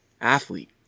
athlete